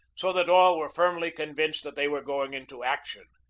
so that all were firmly convinced that they were going into action.